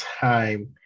time